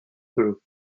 through